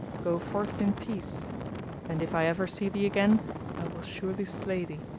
go forth in peace and if i ever see thee again i will surely slay thee.